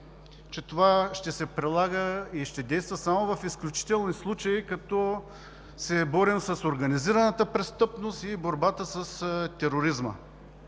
че това ще се прилага и ще действа само в изключителни случаи: когато се борим с организираната престъпност и при борбата с тероризма.